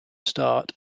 start